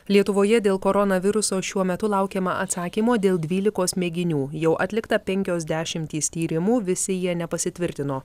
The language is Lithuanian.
lietuvoje dėl koronaviruso šiuo metu laukiama atsakymo dėl dvylikos mėginių jau atlikta penkios dešimtys tyrimų visi jie nepasitvirtino